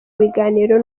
ibiganiro